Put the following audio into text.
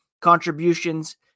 contributions